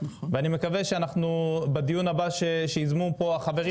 ואני מקווה שבדיון הבא שייזמו פה החברים,